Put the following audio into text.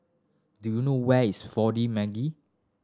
do you know where is Four D Magi